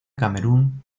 camerún